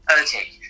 Okay